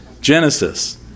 Genesis